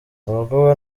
abakobwa